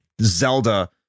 Zelda